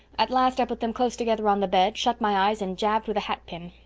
at last i put them close together on the bed, shut my eyes, and jabbed with a hat pin.